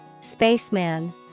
Spaceman